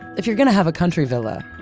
if you're going to have a country villa,